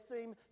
seem